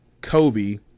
Kobe